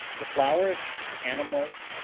the flowers, the animals,